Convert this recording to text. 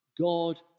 God